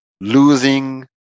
losing